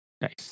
nice